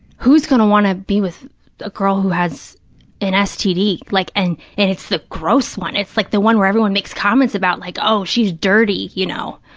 who's going to want to be with a girl who has an std? like, and and it's the gross one, it's like the one where everyone makes comments about, like, oh, she's dirty, you know.